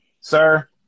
Sir